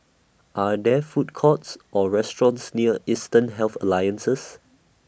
Are There Food Courts Or restaurants near Eastern Health Alliances